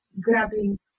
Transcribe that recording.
grabbing